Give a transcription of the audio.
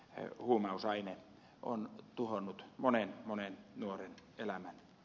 ey mdpv huumausaine on tuhonnut monen monen nuoren elämän